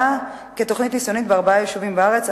כתוכנית ניסיונית בארבעה יישובים בארץ,